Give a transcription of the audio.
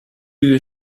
you